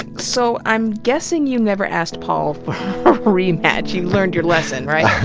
ah so, i'm guessing you never asked paul for a rematch. you learned your lesson, right?